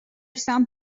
some